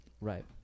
Right